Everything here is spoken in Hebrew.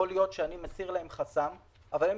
יכול להיות שאני מסיר להם חסם והם